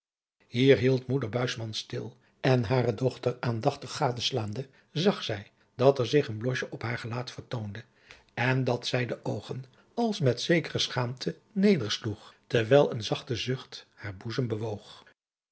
hier hield moeder buisman stil en hare dochter aandachtig gadeslaande zag zij dat er zich een blosje op haar gelaat vertoonde en dat zij de oogen als met zekere schaamte nedersloeg terwijl een zachte zucht haar boezem bewoog